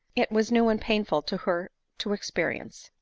it was new and painful to her to experience.